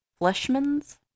Fleshman's